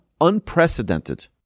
unprecedented